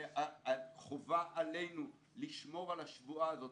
וחובה עלינו לשמור על השבועה הזאת.